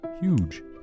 huge